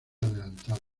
adelantado